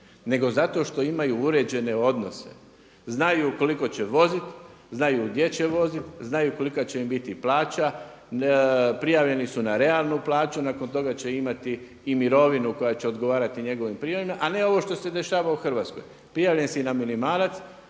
nego zato što imaju uređene odnose. Znaju koliko će voziti, znaju gdje će voziti, znaju kolika će im biti plaća, prijavljeni su na realnu plaću, nakon toga će imati i mirovinu koja će odgovarati njegovim primanjima, a ne ovo što se dešava u Hrvatskoj. Prijavljen si na minimalac,